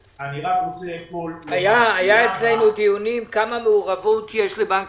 היו אצלנו דיונים לגבי מעורבות בנק